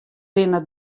binne